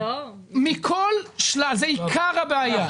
זה עיקר הבעיה.